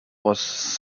was